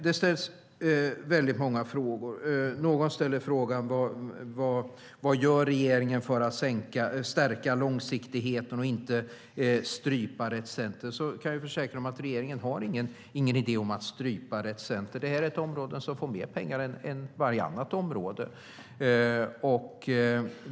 Det har ställts många frågor här. Någon frågade vad regeringen gör för att stärka långsiktigheten och inte strypa Rett Center. Jag kan försäkra er om att regeringen inte har någon idé om att strypa Rett Center. Det här är ett område som får mer pengar än varje annat område.